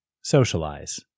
Socialize